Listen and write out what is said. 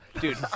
dude